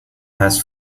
has